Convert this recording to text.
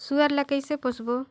सुअर ला कइसे पोसबो?